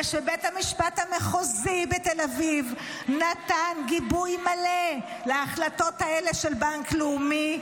ושבית המשפט המחוזי בתל אביב נתן גיבוי מלא להחלטות האלה של בנק לאומי,